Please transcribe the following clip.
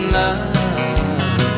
love